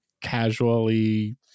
casually